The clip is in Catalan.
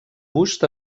bust